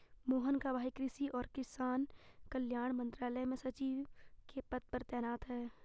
मोहन का भाई कृषि और किसान कल्याण मंत्रालय में सचिव के पद पर तैनात है